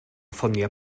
ffonio